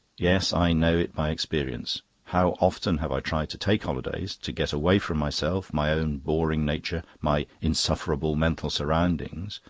yes, i know it by experience. how often have i tried to take holidays, to get away from myself, my own boring nature, my insufferable mental surroundings!